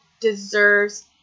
deserves